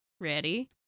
Ready